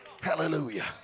Hallelujah